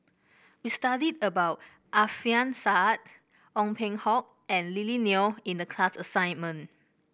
we studied about Alfian Sa'at Ong Peng Hock and Lily Neo in the class assignment